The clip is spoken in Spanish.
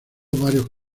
varios